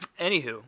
anywho